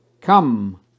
come